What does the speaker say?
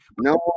No